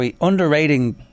underrating